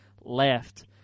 left